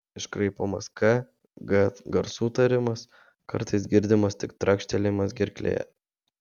iškraipomas k g garsų tarimas kartais girdimas tik trakštelėjimas gerklėje